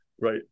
right